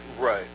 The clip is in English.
Right